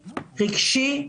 רגשי,